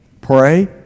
Pray